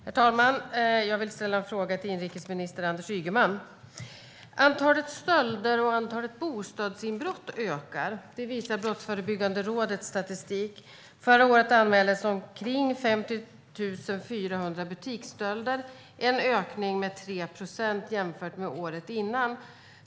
Herr talman! Jag vill ställa en fråga till inrikesminister Anders Ygeman. Antalet stölder och bostadsinbrott ökar. Det visar Brottsförebyggande rådets statistik. Förra året anmäldes omkring 50 400 butiksstölder. Det är en ökning med 3 procent jämfört med året innan.